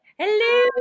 Hello